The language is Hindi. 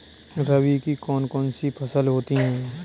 रबी की कौन कौन सी फसलें होती हैं?